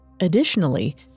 Additionally